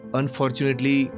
unfortunately